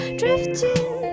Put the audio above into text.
drifting